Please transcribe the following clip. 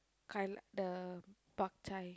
kai-la~ the bak chai